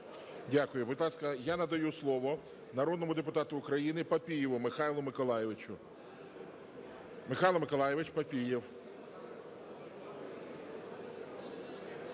Дякую. Будь ласка, я надаю слово народному депутату України Папієву Михайлу Миколайовичу. Михайло Миколайович Папієв.